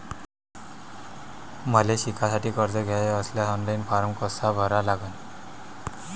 मले शिकासाठी कर्ज घ्याचे असल्यास ऑनलाईन फारम कसा भरा लागन?